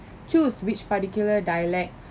choose which particular dialect